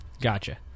Gotcha